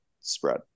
spread